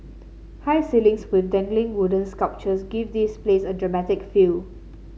high ceilings with dangling wooden sculptures give this place a dramatic feel